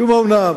שוב האומנם.